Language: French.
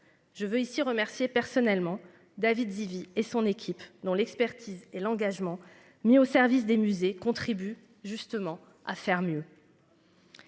Je veux ici remercier personnellement David Zivie et son équipe dont l'expertise et l'engagement mis au service des musées contribue justement à faire mieux.